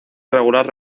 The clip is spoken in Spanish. irregular